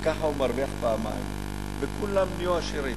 וככה הוא מרוויח פעמיים וכולם נהיו עשירים.